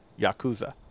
Yakuza